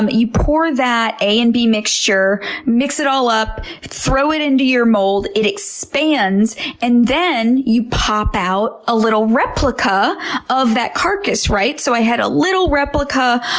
um you pour that a and b mixture, mix it all up, throw it into your mold, it expands and then you pop out a little replica of that carcass. so, i had a little replica,